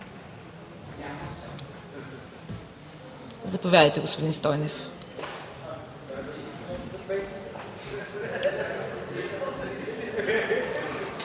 Заповядайте, господин Стойнев.